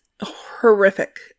horrific